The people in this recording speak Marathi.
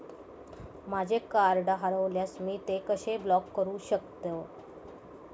माझे कार्ड हरवल्यास मी ते कसे ब्लॉक करु शकतो?